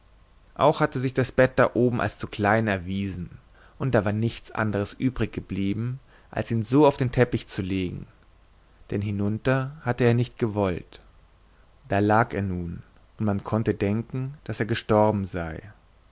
auch hatte sich das bett da oben als zu klein erwiesen und da war nichts anderes übrig geblieben als ihn so auf den teppich zu legen denn hinunter hatte er nicht gewollt da lag er nun und man konnte denken daß er gestorben sei